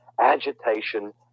agitation